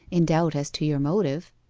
in doubt as to your motive.